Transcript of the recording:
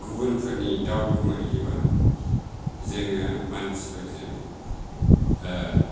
गुबुनफोरनि दाउ गोमायोबा जोङो मानसिफोरजों